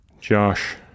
Josh